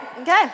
Okay